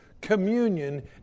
communion